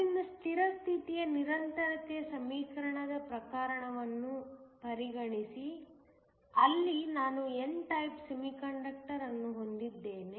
ಆದ್ದರಿಂದ ಸ್ಥಿರ ಸ್ಥಿತಿಯ ನಿರಂತರತೆಯ ಸಮೀಕರಣದ ಪ್ರಕರಣವನ್ನು ಪರಿಗಣಿಸಿ ಅಲ್ಲಿ ನಾನು n ಟೈಪ್ ಸೆಮಿಕಂಡಕ್ಟರ್ ಅನ್ನು ಹೊಂದಿದ್ದೇನೆ